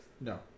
No